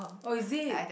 oh is it